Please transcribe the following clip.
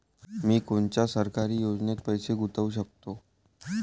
मी कोनच्या सरकारी योजनेत पैसा गुतवू शकतो?